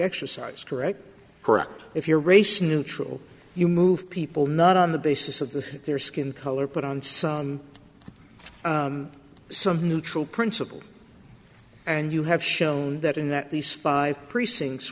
correct correct if you're race neutral you move people not on the basis of the their skin color put on some some neutral principle and you have shown that in that these five precincts